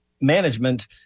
management